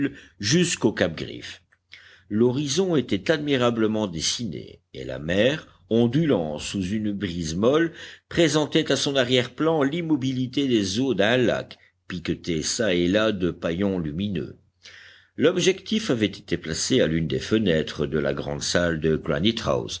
jusqu'au cap griffe l'horizon était admirablement dessiné et la mer ondulant sous une brise molle présentait à son arrière plan l'immobilité des eaux d'un lac piquetées çà et là de paillons lumineux l'objectif avait été placé à l'une des fenêtres de la grande salle de